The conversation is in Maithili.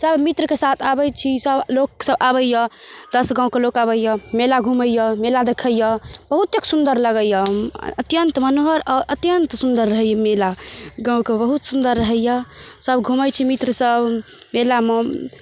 सब मित्रके साथ आबैत छी सब लोक सब आबैए दश गाँवके लोक आबैए मेला घुमैए मेला देखैए बहुतेक सुन्दर लगैए अत्यन्त मनोहर आ अत्यन्त सुन्दर रहैत यऽ मेला गाँवके बहुत सुन्दर रहैत यऽ सब घुमैत छी मित्र सब मेलामे